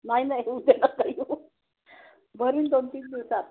नाही नाही उद्या नका येऊ भरीन दोन तीन दिवसात